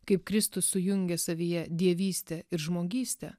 kaip kristus sujungia savyje dievystę ir žmogystę